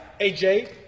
AJ